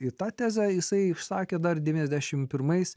į tą tezę jisai išsakė dar devyniasdešimt pirmais